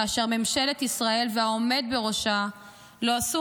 כאשר ממשלת ישראל והעומד בראשה לא עשו